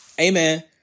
Amen